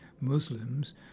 Muslims